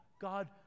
God